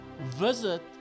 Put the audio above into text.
visit